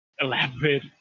elaborate